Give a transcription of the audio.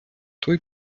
той